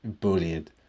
bullied